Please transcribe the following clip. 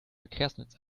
verkehrsnetz